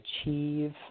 achieve